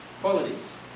qualities